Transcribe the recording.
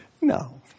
no